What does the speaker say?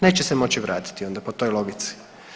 Neće se moći vratiti onda po toj logici.